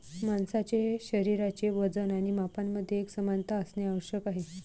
माणसाचे शरीराचे वजन आणि मापांमध्ये एकसमानता असणे आवश्यक आहे